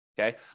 okay